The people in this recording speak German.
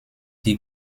die